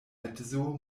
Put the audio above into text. edzo